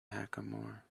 hackamore